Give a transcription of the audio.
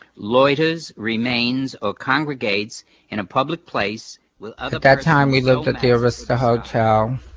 loiters remains or congregates in a public place with ah at that time, we lived at the arista hotel.